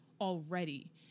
already